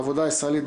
העבודה הישראלית,